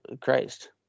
Christ